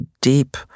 deep